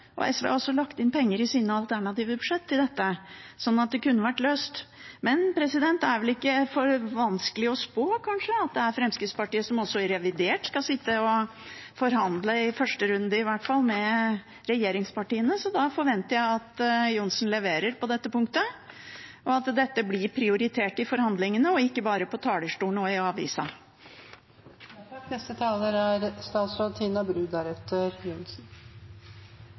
og SV har også lagt inn penger i sine alternative budsjett til dette, sånn at det kunne vært løst. Men det er vel ikke for vanskelig å spå at det er Fremskrittspartiet som også i revidert skal sitte og forhandle med regjeringspartiene, i hvert fall i første runde, så da forventer jeg at Johnsen leverer på dette punktet, og at dette blir prioritert i forhandlingene og ikke bare på talerstolen og i avisa. Det er ingen hemmelighet at jeg jevnt over ikke er